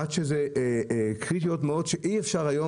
עד שזה התחיל מאוד להיות שאי אפשר היום